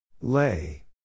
Lay